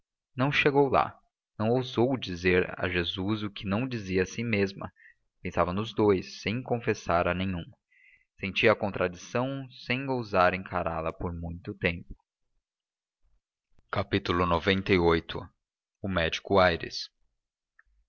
não chegou lá não ousou dizer a jesus o que não dizia a si mesma pensava nos dous sem confessar a nenhum sentia a contradição sem ousar encará la por muito tempo xcviii o médico aires